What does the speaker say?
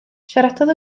siaradodd